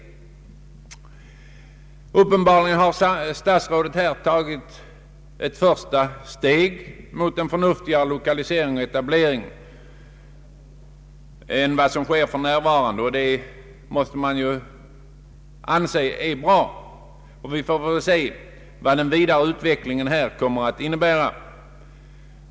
Men uppenbarligen har statsrådet här tagit ett första steg mot en förnuftigare lokalisering och etablering än som sker för närvarande — och det måste ju anses vara bra. Vi får väl se vad den vidare utvecklingen här kommer att innebära.